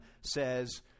says